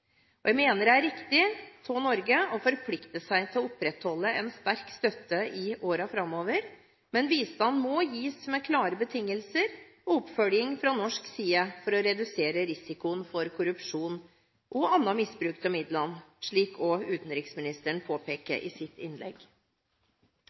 land. Jeg mener det er riktig av Norge å forplikte seg til å opprettholde en sterk støtte i årene framover. Men bistanden må gis med klare betingelser og oppfølging fra norsk side for å redusere risikoen for korrupsjon og annen misbruk av midlene, slik også utenriksministeren påpeker